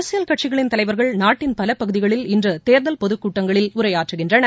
அரசியல் கட்சிகளின் தலைவர்கள் நாட்டின் பல பகுதிகளில் இன்று தேர்தல் பொதுக்கூட்டங்களில் உரையாற்றகின்றனர்